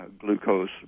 glucose